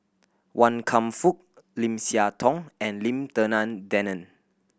Wan Kam Fook Lim Siah Tong and Lim Denan Denon